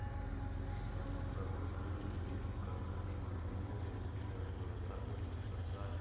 संप्रभु धन विविधीकरण के माध्यम से देश की अर्थव्यवस्था को स्थिर करता है